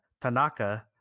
Tanaka